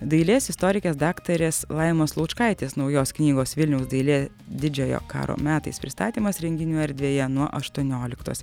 dailės istorikės daktarės laimos laučkaitės naujos knygos vilniaus dailė didžiojo karo metais pristatymas renginių erdvėje nuo aštuonioliktos